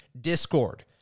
Discord